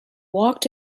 walked